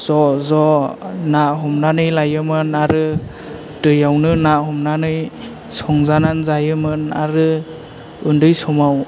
ज' ज' ना हमनानै लायोमोन आरो दैयावनो ना हमनानै संजाना जायोमोन आरो उन्दै समाव